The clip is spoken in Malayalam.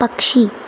പക്ഷി